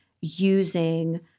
using